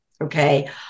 Okay